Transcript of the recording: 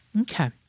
Okay